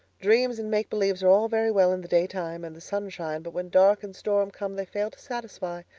dreams and make-believes are all very well in the daytime and the sunshine, but when dark and storm come they fail to satisfy.